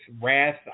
Wrath